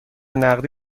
نقدی